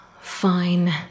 Fine